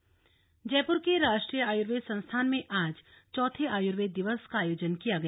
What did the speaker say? आयुर्वेद दिवस जयपुर के राष्ट्रीय आयुर्वेद संस्थान में आज चौथे आयुर्वेद दिवस का आयोजन किया गया